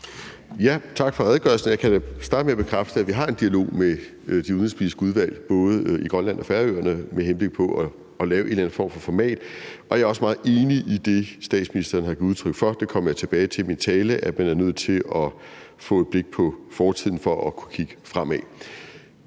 Tak for redegørelsen. Jeg kan da starte med at bekræfte, at vi har en dialog med de udenrigspolitiske udvalg både i Grønland og Færøerne med henblik på at lave en eller anden form for format. Jeg er også meget enig i det, statsministeren har givet udtryk for. Det kommer jeg tilbage til i min tale, nemlig at man er nødt til at have et blik på fortiden for at kunne kigge fremad.